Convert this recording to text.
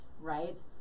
right